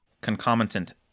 Concomitant